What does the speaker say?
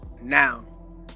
now